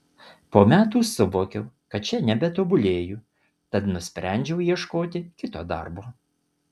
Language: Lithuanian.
po metų suvokiau kad čia nebetobulėju tad nusprendžiau ieškoti kito darbo